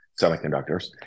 semiconductors